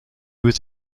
was